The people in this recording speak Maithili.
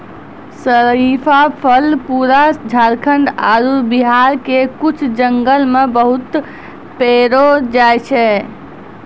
शरीफा फल पूरा झारखंड आरो बिहार के कुछ जंगल मॅ बहुत पैलो जाय छै